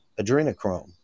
adrenochrome